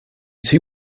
too